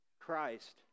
christ